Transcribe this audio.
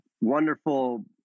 wonderful